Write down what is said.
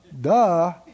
duh